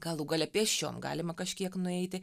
galų gale pėsčiom galima kažkiek nueiti